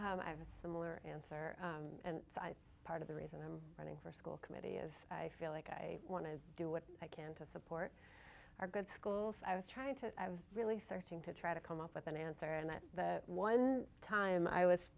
i have a similar answer and part of the reason i'm running for school committee is i feel like i want to do what i can to support our good schools i was trying to i was really starting to try to come up with an answer and that the one time i was